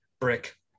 Brick